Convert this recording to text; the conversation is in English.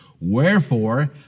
Wherefore